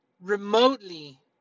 remotely